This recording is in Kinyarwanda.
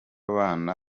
bana